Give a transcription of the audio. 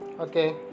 Okay